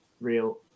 real